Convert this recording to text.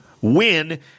win